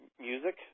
music